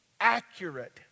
accurate